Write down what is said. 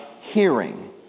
hearing